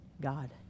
God